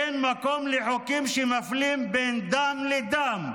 אין מקום לחוקים שמפלים בין דם לדם,